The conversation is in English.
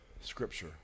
scripture